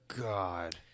God